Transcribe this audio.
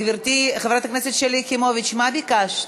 גברתי חברת הכנסת שלי יחימוביץ, מה ביקשת?